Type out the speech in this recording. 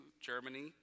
Germany